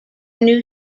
new